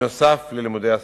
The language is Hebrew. נוסף על לימודי השפה.